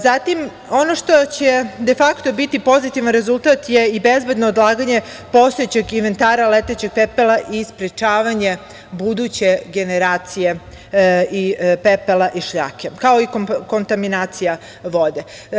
Zatim, ono što će de fakto biti pozitivan rezultat je i bezbedno odlaganje postojećeg inventara letećeg pepela i sprečavanje buduće generacije pepela i šljake, kao i kontaminacija vode.